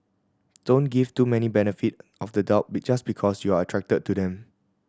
don't give too many benefit of the doubt be just because you're attracted to them